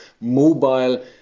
mobile